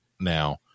Now